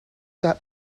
that